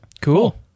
cool